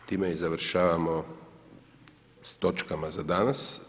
Time i završavamo s točkama za danas.